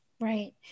Right